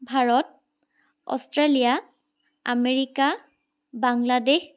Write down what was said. Bharat Australia America Bangladesh